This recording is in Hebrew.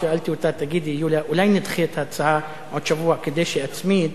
שעלתה בשנה שעברה להצבעה,